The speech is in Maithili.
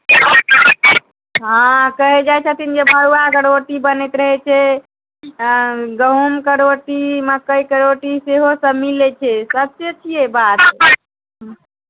हँ कहै जाइ छथिन जे मड़ुआके रोटी बनैत रहै छै गहूमके रोटी मक्कइके रोटी सेहोसभ मिलै छै सच्चे छियै बात